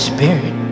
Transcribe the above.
Spirit